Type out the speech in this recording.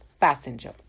passenger